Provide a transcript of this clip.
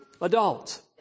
adults